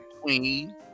queen